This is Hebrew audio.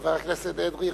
חבר הכנסת אדרי,